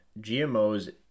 GMOs